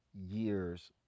years